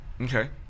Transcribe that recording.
Okay